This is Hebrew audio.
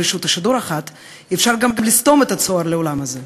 רשות שידור אחת אפשר גם לסתום את הצוהר לעולם הזה.